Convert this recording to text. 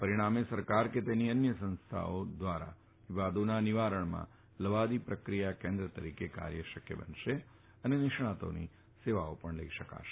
પરિણામે સરકાર કે તેની અન્ય સંસ્થા દ્વારા વિવાદોના નિવારણમાં લવાદી પ્રક્રિયા કેન્દ્ર તરીકે કાર્ય શક્ય બનશે અને નિષ્ણાતોની સેવાઓ લઈ શકાશે